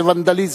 זה ונדליזם.